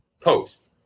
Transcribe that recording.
post